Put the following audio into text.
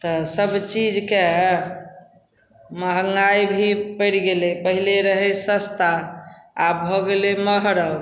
तऽ सबचीजके महगाइ भी पड़ि गेलै पहिले रहै सस्ता आब भऽ गेलै महग